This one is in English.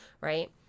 Right